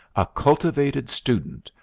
a cultivated student,